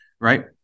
right